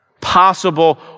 possible